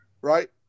right